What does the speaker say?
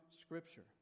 Scripture